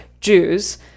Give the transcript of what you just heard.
jews